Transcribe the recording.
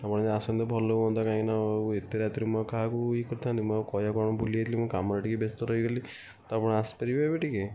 ଆପଣ ଯଦି ଆସନ୍ତେ ଭଲ ହୁଅନ୍ତା କାହିଁକିନା ଆଉ ଏତେ ରାତିରେ ମୁଁ ଆଉ କାହାକୁ ଇଏ କରିଥାନ୍ତି ମୁଁ ଆଉ କହିବାକୁ ଆପଣଙ୍କୁ ଭୁଲି ଯାଇଥିଲି ମୁଁ କାମରେ ଟିକେ ବ୍ୟସ୍ତ ରହିଗଲି ତ ଆପଣ ଆସି ପାରିବେ ଏବେ ଟିକେ